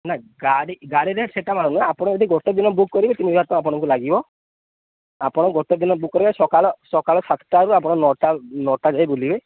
ନା ଗାଡ଼ି ଗାଡ଼ି ରେଟ୍ ସେଟା ମାନୁହେ ଆପଣ ଯଦି ଗୋଟେ ଦିନ ବୁକ୍ କରିବେ ତିନି ହଜାର ଟଙ୍କା ଆପଣଙ୍କୁ ଲାଗିବ ଆପଣ ଗୋଟେ ଦିନ ବୁକ୍ କର୍ବେ ସକାଳ ସକାଳ ସାତଟାରୁ ଆପଣ ନଅଟା ନଅଟା ଯାଇ ବୁଲିବେ